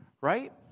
Right